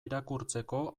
irakurtzeko